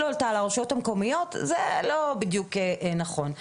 אותה על הרשויות המקומיות זה לא בדיוק נכון.